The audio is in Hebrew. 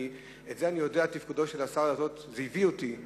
אני יודע על תפקודו של השר הזה, וזה שיקף